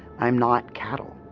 i am not cattle.